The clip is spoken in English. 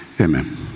amen